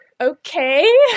Okay